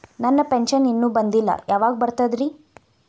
ನನ್ನ ಪೆನ್ಶನ್ ಇನ್ನೂ ಬಂದಿಲ್ಲ ಯಾವಾಗ ಬರ್ತದ್ರಿ?